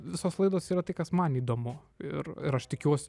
visos laidos yra tai kas man įdomu ir ir aš tikiuos